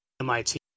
MIT